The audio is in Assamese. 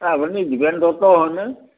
আ আপুনি দিপেন দত্ত হয়নে